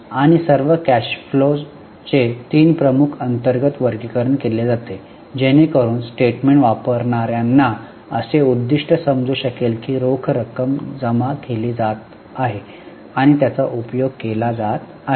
आणि सर्व कॅश फ्लोचे तीन प्रमुख अंतर्गत वर्गीकरण केले गेले आहे जेणेकरून स्टेटमेंट वापरणाऱ्यांना असे उद्दीष्ट समजू शकेल की रोख जमा केली जात आहे आणि त्याचा उपयोग केला जात आहे